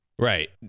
Right